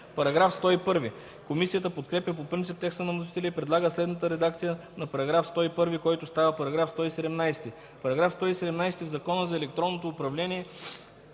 По § 101 комисията подкрепя по принцип текста на вносителя и предлага следната редакция на параграфа, който става § 117: „§ 117. В Закона за електронното управление